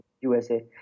USA